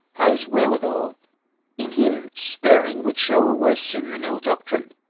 ha's wherewithall in him sparing would shew a worse sinne, then ill doctrine,